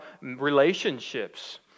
relationships